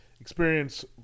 experience